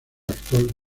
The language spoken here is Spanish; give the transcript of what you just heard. actor